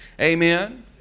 Amen